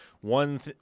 one